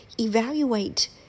evaluate